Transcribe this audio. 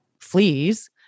fleas